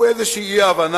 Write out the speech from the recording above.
הוא איזו אי-הבנה